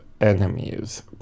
enemies